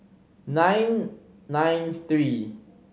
nine nine three